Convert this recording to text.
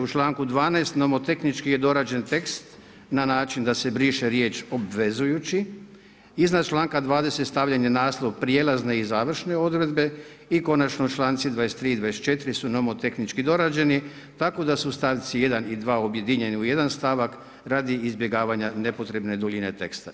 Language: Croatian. U članku 12. novotehnički je dorađen tekst na način da se briše riječ „obvezujući“, iznad članka 20. stavljen je naslov „prijelazne i završne odredbe“ i konačno, članci 23. i 24. su novotehnički dorađeni tako da su stavci 1. i 2. objedinjeni u jedan stavak radi izbjegavanje nepotrebne duljine teksta.